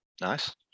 nice